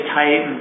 tight